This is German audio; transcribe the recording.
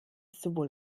sowohl